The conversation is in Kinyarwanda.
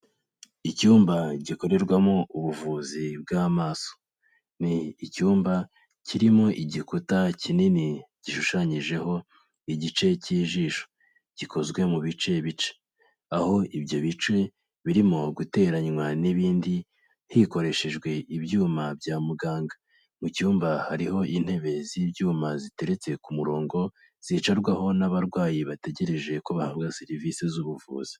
Icyumba gikorerwamo ubuvuzi bw'amaso. Ni icyumba kirimo igikuta kinini, gishushanyijeho igice cy'ijisho. Gikozwe mu bice bice. Aho ibyo bice birimo guteranywa n'ibindi, hikoreshejwe ibyuma bya muganga. Mu cyumba hariho intebe z'ibyuma ziteretse ku murongo, zicarwaho n'abarwayi bategereje ko bahabwa serivise z'ubuvuzi.